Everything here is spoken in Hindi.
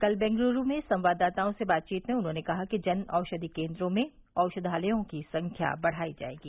कल बेंगलुरू में संवाददाताओं से बातचीत में उन्होंने कहा कि जनऔषधि केंद्रों में औषधालयों की संख्या बढ़ाई जाएगी